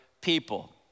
people